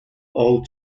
all